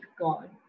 God